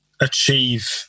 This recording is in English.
achieve